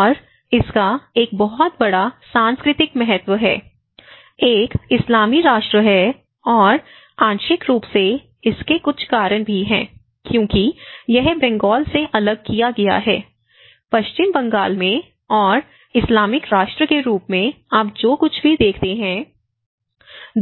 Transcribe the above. और इसका एक बहुत बड़ा सांस्कृतिक महत्व है एक इस्लामी राष्ट्र है और आंशिक रूप से इसके कुछ कारण भी हैं क्योंकि यह बंगाल से अलग किया गया है पश्चिम बंगाल में और इस्लामिक राष्ट्र के रूप में आप जो कुछ भी देखते हैं